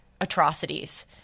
atrocities